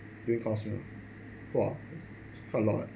during classroom !wah! a lot